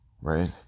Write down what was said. Right